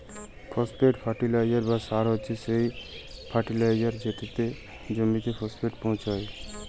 phosphate fertiliser বা সার হছে সে ফার্টিলাইজার যেটতে জমিতে ফসফেট পোঁছায়